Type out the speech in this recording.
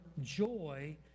joy